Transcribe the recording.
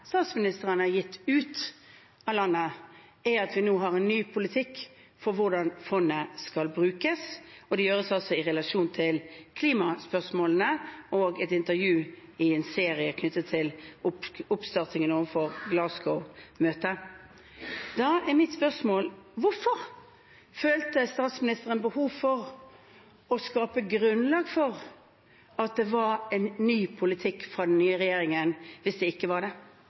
statsministeren har gitt ut av landet, er at vi nå har en ny politikk for hvordan fondet skal brukes. Det gjøres altså i relasjon til klimaspørsmålene og et intervju i en serie knyttet til oppstarten rundt Glasgow-møtet. Da er mitt spørsmål: Hvorfor følte statsministeren behov for å skape grunnlag for at det var en ny politikk fra den nye regjeringen, hvis det ikke var det?